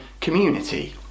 community